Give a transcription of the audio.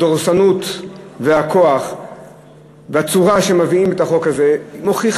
הדורסנות והכוח והצורה שבה מביאים את החוק הזה מוכיחים